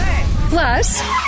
Plus